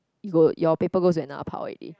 you'll your paper goes to another pile already